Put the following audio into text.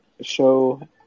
show